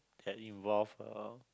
that involve um